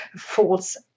false